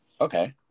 okay